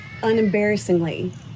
unembarrassingly